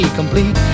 complete